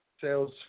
sales